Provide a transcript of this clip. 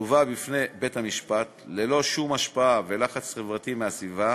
תובאנה בפני בית-המשפט ללא שום השפעה ולחץ חברתי מהסביבה,